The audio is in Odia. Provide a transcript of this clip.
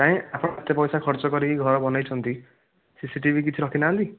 କାଇଁ ଆପଣ ଏତେ ପଇସା ଖର୍ଚ କରିକି ଘର ବନାଇଛନ୍ତି ସିସି ଟିଭି କିଛି ରଖିନାହାନ୍ତି